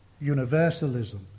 universalism